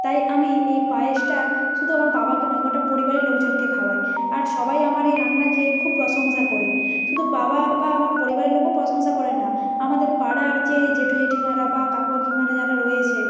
তাই আমি এই পায়েসটা শুধু আমার বাবাকে নয় গোটা পরিবারের লোকজনকে খাওয়াই আর সবাই আমার এই রান্না খেয়ে খুব প্রশংসা করে শুধু বাবা বা আমার পরিবারের লোকও প্রশংসা করেন না আমাদের পাড়ার যে জেঠু জেঠিমারা বা কাকু কাকিমারা যারা রয়েছে